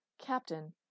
Captain